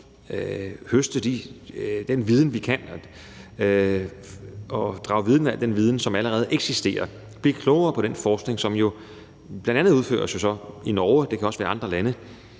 høste den viden, vi kan, og drage nytte af al den viden, som allerede eksisterer, og blive klogere på den forskning, som jo så bl.a. udføres i Norge og vist også i andre lande.